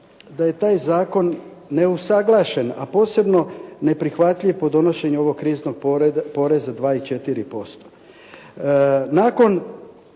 da je taj zakon neusuglašen, a posebno neprihvatljiv po donošenju ovog kriznog poreza 2 i 4%.